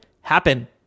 happen